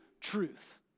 truth